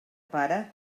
pare